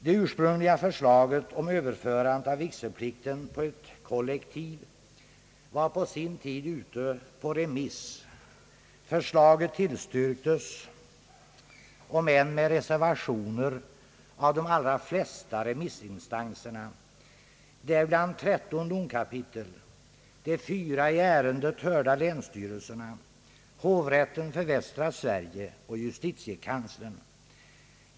Det ursprungliga förslaget, överförandet av vigselplikten på ett kollektiv, var på sin tid ute på remiss. Förslaget tillstyrktes, om än med reservationer, av de allra flesta remissinstanserna, däribland tretton domkapitel, de fyra i ärendet hörda länsstyrelserna, hovrätten för västra Sverige och justitiekanslern.